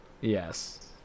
Yes